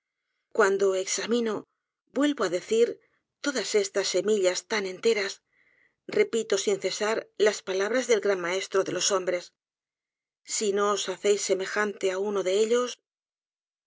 cuando examino vuelvo á decir todas estas semillas tan enteras repito sin c e s a r t e palabras del gran maestro de los hombres si no os bceis semejante á uno de ellos